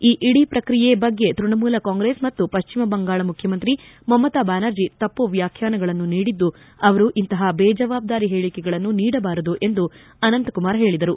ಈ ಇಡೀ ಪ್ರಕ್ರಿಯೆಯ ಬಗ್ಗೆ ತೃಣಮೂಲ ಕಾಂಗ್ರೆಸ್ ಮತ್ತು ಪಶ್ಚಿಮ ಬಂಗಾಳ ಮುಖ್ಯಮಂತ್ರಿ ಮಮತಾ ಬ್ಲಾನರ್ಜಿ ತಪ್ಪು ವ್ಲಾಖ್ಯಾನಗಳನ್ನು ನೀಡಿದ್ದು ಅವರು ಇಂತಹ ಬೇಜವಾಬ್ದಾರಿ ಹೇಳಕೆಗಳನ್ನು ನೀಡಬಾರದು ಎಂದು ಅನಂತಕುಮಾರ್ ಹೇಳಿದರು